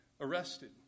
arrested